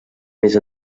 més